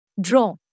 Draw